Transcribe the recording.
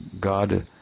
god